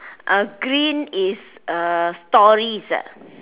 uh green is uh stories ah